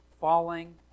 falling